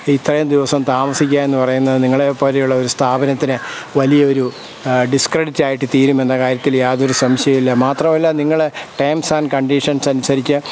ഇത്രയും ദിവസം താമസിക്കുക എന്ന് പറയുന്നത് നിങ്ങളെ പോലെയുള്ള ഒരു സ്ഥാപനത്തിന് വലിയ ഒരു ഡിസ്ക്രെഡിറ്റ് ആയിട്ട് തീരുമെന്ന കാര്യത്തിൽ യാതൊരു സംശയവും ഇല്ല മാത്രമല്ല നിങ്ങൾ ടേംമ്സ് ആൻഡ് കണ്ടീഷൻസ് അനുസരിച്ച്